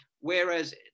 whereas